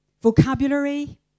vocabulary